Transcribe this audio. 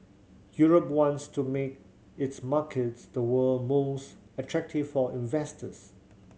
Europe wants to make its markets the world most attractive for investors